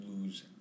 lose